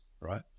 right